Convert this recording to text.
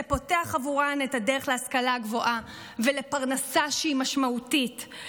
זה פותח עבורן את הדרך להשכלה הגבוהה ולפרנסה שהיא משמעותית.